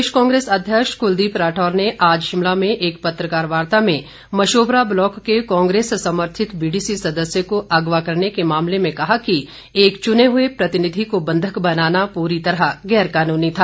प्रदेश कांग्रेस अध्यक्ष कुलदीप राठौर ने आज शिमला में एक पत्रकार वार्ता में मशोबरा ब्लॉक के कांग्रेस समर्थित बीडीसी सदस्य को अगवा करने के मामले में कहा कि एक चुने हए प्रतिनिधि को बंधक बनाना पूरी तरह गैर कानूनी था